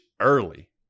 early